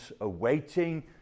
awaiting